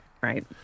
Right